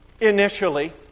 initially